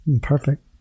Perfect